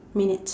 minutes